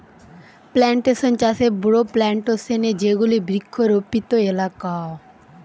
plantation চাষে বড়ো plantation এ যেগুলি বৃক্ষরোপিত এলাকা